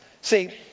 See